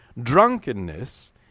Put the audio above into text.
drunkenness